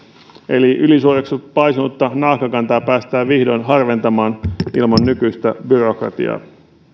eli ylisuureksi paisunutta naakkakantaa päästään vihdoin harventamaan ilman nykyistä byrokratiaa